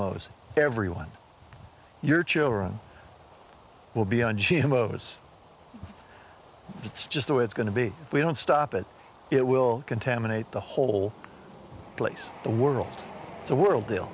most everyone your children well beyond shama it's just the way it's going to be we don't stop it it will contaminate the whole place the world the world the